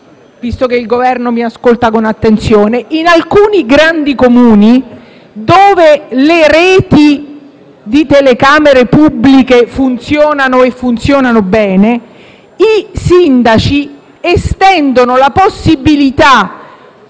visto che il Governo mi ascolta con attenzione. In alcuni grandi Comuni, dove le reti di telecamere pubbliche funzionano, e funzionano bene, i sindaci estendono la possibilità